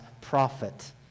prophet